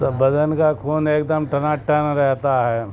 تو بدن کا خون ایک دم ٹناٹن رہتا ہے